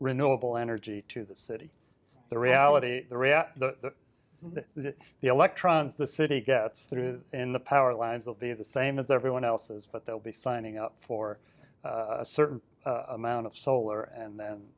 renewable energy to the city the reality is that the electrons the city gets through the power lines will be the same as everyone else's but they'll be signing up for a certain amount of solar and then